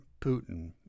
Putin